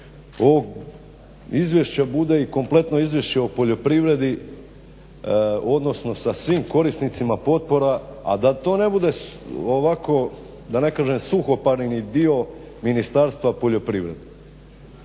ovog izvješća bude i kompletno izvješće o poljoprivredi odnosno sa svim korisnicima potpora, a da to ne bude ovako, da ne kažem suhoparni dio Ministarstva poljoprivrede.